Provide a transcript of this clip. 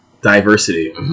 Diversity